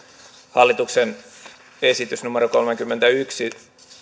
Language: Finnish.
hallituksen esitys numero kolmekymmentäyksihän